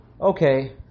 okay